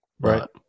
Right